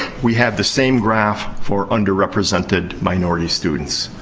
we have the same graph for underrepresented minority students.